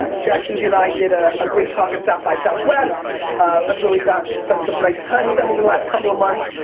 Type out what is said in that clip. ah jack, suzy and i did a ah great talk at south by southwest, i've really gotten to spend some nice time with them over the last couple of months,